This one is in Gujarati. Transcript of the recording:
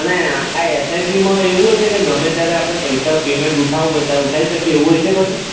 અને આ એસઆઇપીમાં એવું હોય છે કે ગમે ત્યારે આપણે પૈસા પેમેન્ટ ઉઠાવવું હોય તારે ઉઠાવી શકીએ એવું હોય છે કશું